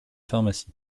pharmacie